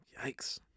yikes